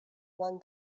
one